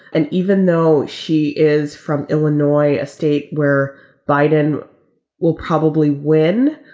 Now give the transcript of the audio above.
and even though she is from illinois, a state where biden will probably win,